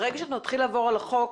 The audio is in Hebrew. ברגע שנתחיל לעבור על החוק,